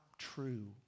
True